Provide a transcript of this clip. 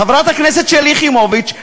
חברת הכנסת שלי יחימוביץ,